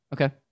okay